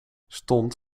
stond